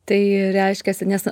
tai reiškiasi nes